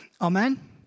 Amen